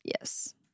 Yes